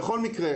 בכל מקרה,